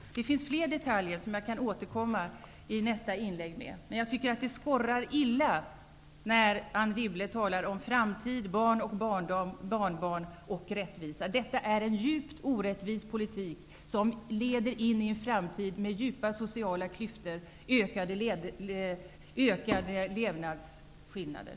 Det finns fler detaljer som jag kan återkomma med i nästa inlägg. Men jag tycker att det skorrar illa när Anne Wibble talar om framtid, barn, barnbarn och rättvisa. Detta är en djupt orättvis politik, som leder in i en framtid med djupa sociala klyftor och ökade skillnader i levnadsvillkor.